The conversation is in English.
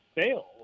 fail